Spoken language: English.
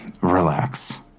Relax